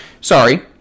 Sorry